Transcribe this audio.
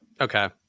Okay